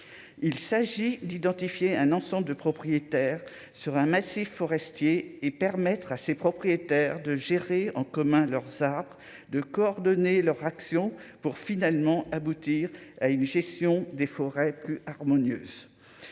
il s'agit d'identifier un ensemble de propriétaires sur un massif forestier et permettre à ses propriétaires de gérer en commun leur sabre de coordonner leur action pour finalement aboutir à une gestion des forêts plus harmonieuse,